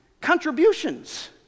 contributions